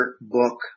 book